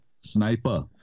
sniper